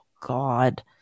God